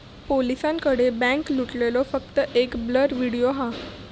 पोलिसांकडे बॅन्क लुटलेलो फक्त एक ब्लर व्हिडिओ हा